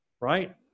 Right